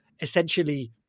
essentially